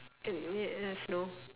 snow